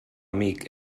amic